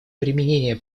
применение